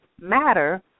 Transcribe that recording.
matter